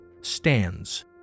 stands